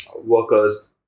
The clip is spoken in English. workers